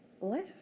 Left